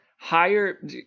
higher